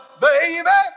baby